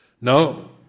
no